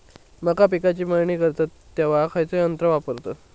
मका पिकाची मळणी करतत तेव्हा खैयचो यंत्र वापरतत?